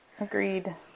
Agreed